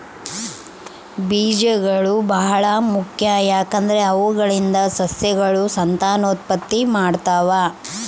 ಬೀಜಗಳು ಬಹಳ ಮುಖ್ಯ, ಯಾಕಂದ್ರೆ ಅವುಗಳಿಂದ ಸಸ್ಯಗಳು ಸಂತಾನೋತ್ಪತ್ತಿ ಮಾಡ್ತಾವ